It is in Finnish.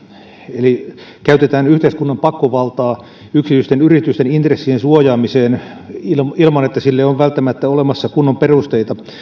eli käytetään yhteiskunnan pakkovaltaa yksityisten yritysten intressien suojaamiseen ilman ilman että sille on välttämättä olemassa kunnon perusteita